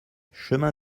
chemin